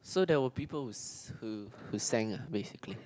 so there were people who who sang uh basically